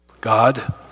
God